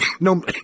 No